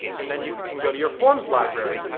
and then you can go to your forms library.